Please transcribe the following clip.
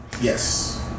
yes